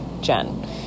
Jen